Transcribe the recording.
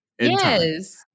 Yes